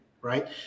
right